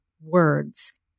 words